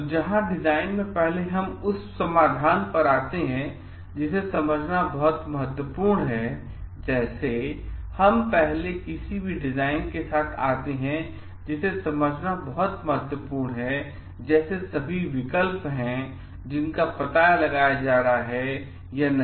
तो जहां डिजाइन में पहले हम उस समाधान पर आते हैं जिसे समझना बहुत महत्वपूर्ण हैजैसे हम पहले किसी भी डिजाइन के साथ आते हैं जिसे समझना बहुत महत्वपूर्ण है जैसे सभी विकल्प हैं जिनका पता लगाया जा रहा है या नहीं